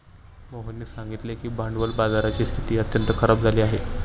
मोहननी सांगितले की भांडवल बाजाराची स्थिती अत्यंत खराब झाली आहे